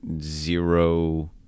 zero